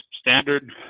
standard